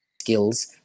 skills